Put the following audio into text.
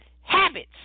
habits